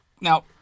Now